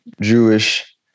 Jewish